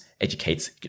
educates